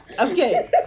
Okay